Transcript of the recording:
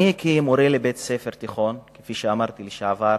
אני, כמורה בבית-ספר תיכון, כפי שאמרתי, לשעבר,